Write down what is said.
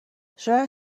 شاید